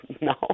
No